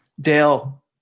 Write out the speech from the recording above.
Dale